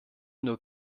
nur